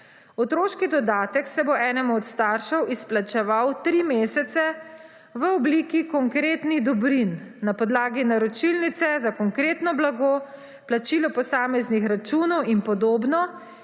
Otroški dodatek se bo enemu od staršev izplačeval tri mesece v obliki konkretnih dobrin na podlagi naročilnice za konkretno blago, plačilo posameznih računov in podobno,